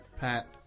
Pat